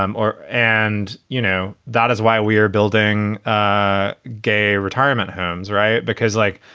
um or. and, you know, that is why we are building ah gay retirement homes. right. because, like,